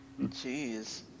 Jeez